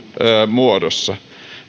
muodossa